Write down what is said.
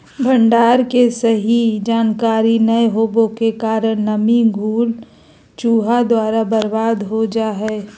भंडारण के सही जानकारी नैय होबो के कारण नमी, घुन, चूहा द्वारा बर्बाद हो जा हइ